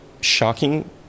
shocking